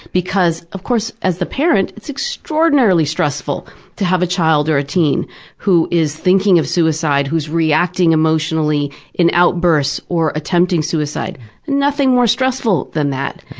because, of course, as the parent is extraordinarily stressful to have a child or a teen who is thinking of suicide, who's reacting emotionally in outbursts or attempting suicide. there's nothing more stressful than that.